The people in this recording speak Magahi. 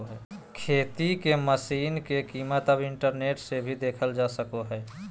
खेती के मशीन के कीमत अब इंटरनेट से भी देखल जा सको हय